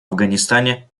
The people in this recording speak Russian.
афганистане